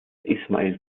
ismail